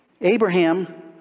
Abraham